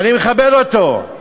שאני מכבד אותו,